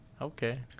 Okay